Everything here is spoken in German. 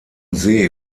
see